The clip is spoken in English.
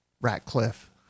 Ratcliffe